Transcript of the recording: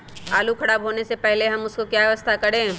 आलू खराब होने से पहले हम उसको क्या व्यवस्था करें?